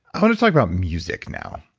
i want to talk about music now.